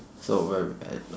so where are we at um